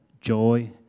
joy